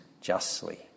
justly